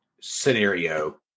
scenario